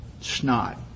snot